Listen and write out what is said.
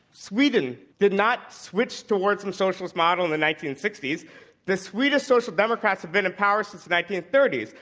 sweden did not switch towards some socialist model in the nineteen sixty the swedish social democrats have been in power since nineteen thirty s.